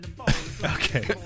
Okay